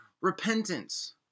repentance